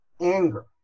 anger